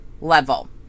level